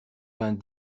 vingt